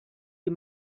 you